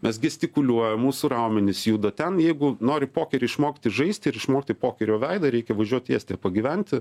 mes gestikuliuojam mūsų raumenys juda ten jeigu nori pokerį išmokti žaisti ir išmokti pokerio veidą reikia važiuot į estiją pagyventi